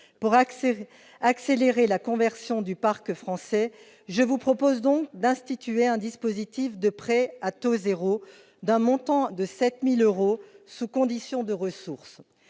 Pour accélérer la conversion du parc français, je propose donc d'instituer un dispositif de prêt à taux zéro d'un montant de 7 000 euros, sous conditions de ressources.